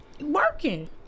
working